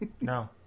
No